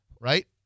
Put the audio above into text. right